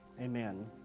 Amen